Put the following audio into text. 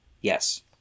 Yes